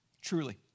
Truly